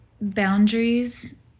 Boundaries